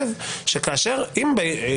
הושארה בצריך עיון.